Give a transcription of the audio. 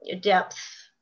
depth